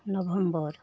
November